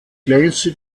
kleinste